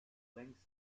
längst